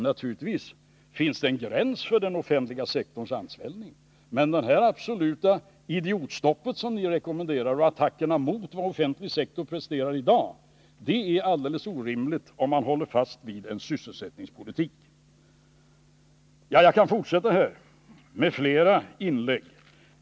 Naturligtvis finns det en gräns för den offentliga sektorns ansvällning, men det absoluta idiotstopp som ni rekommenderar, liksom attackerna mot vad vår offentliga sektor presterar i dag, är alldeles orimligt, om man håller fast vid en sysselsättningspolitik. — Ja, jag kunde fortsätta här med flera citat.